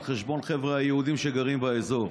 על חשבון החבר'ה היהודים שגרים באזור.